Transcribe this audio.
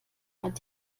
hat